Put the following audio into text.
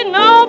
no